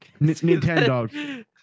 Nintendo